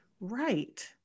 right